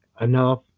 enough